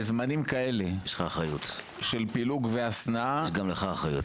בזמנים כאלה של פילוג והשנאה --- יש גם לך אחריות,